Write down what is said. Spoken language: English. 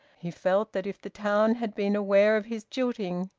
he felt that if the town had been aware of his jilting,